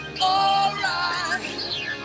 alright